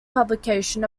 publication